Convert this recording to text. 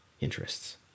interests